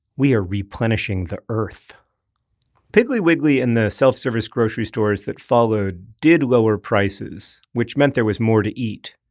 we are replenishing the earth piggly wiggly and the self-service grocery stores that followed didlower prices, which meant there was more to eat.